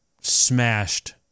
smashed